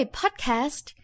podcast